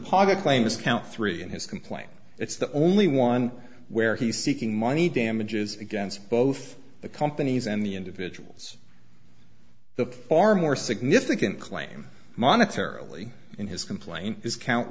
pocket claim is count three in his complaint it's the only one where he's seeking money damages against both the companies and the individuals the far more significant claim monetary only in his complaint is count